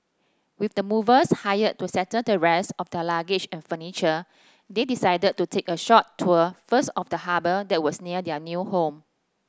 with the movers hired to settle the rest of their luggage and furniture they decided to take a short tour first of the harbour that was near their new home